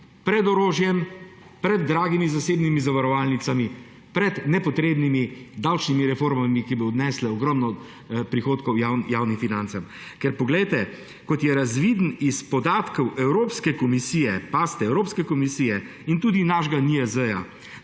pred orožjem, pred dragimi zasebnimi zavarovalnicami, pred nepotrebnimi davčnimi reformami, ki bodo odnesle ogromno prihodkov javnim financam. Kot je razvidno iz podatkov Evropske komisije – pazite, Evropske komisije – in tudi našega NIJZ,